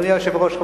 אדוני היושב-ראש,